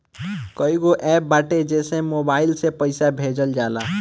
कईगो एप्प बाटे जेसे मोबाईल से पईसा भेजल जाला